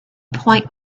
point